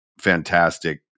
fantastic